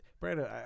Brandon